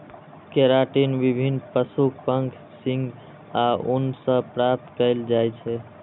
keratin विभिन्न पशुक पंख, सींग आ ऊन सं प्राप्त कैल जाइ छै